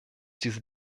diese